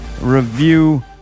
Review